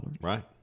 Right